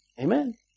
Amen